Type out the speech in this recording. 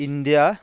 India